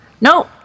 No